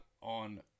on